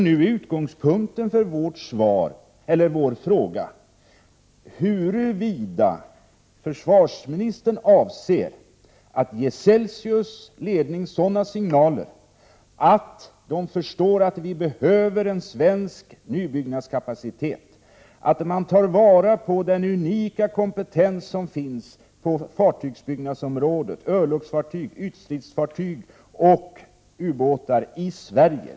Nu är utgångspunkten för våra frågor huruvida försvarsministern avser att ge Celsius ledning sådana signaler att den förstår att det behövs en svensk nybyggnadskapacitet, att man skall ta vara på den unika kompetens som finns på fartygsbyggnadsområdet, med örlogsfartyg, ytstridsfartyg och ubåtar, i Sverige.